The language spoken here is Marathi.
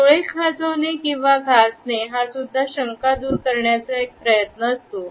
डोळे खाजवणे किंवा घासणे हासुद्धा शंका दूर करण्याचा एक प्रयत्न असतो